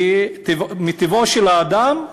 כי מטבעו של האדם,